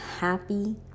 happy